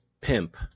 Pimp